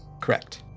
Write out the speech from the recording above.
Correct